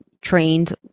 trained